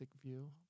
view